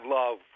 love